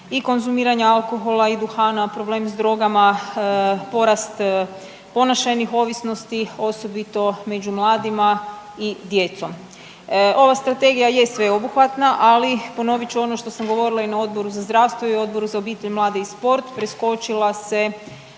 i konzumiranja alkohola i duhana, problem sa drogama, porast ponašajnih ovisnosti osobito među mladima i djecom. Ova Strategija je sveobuhvatna, ali ponovit ću ono što sam govorila i na Odboru za zdravstvo i Odboru za obitelj, mlade i sport preskočila se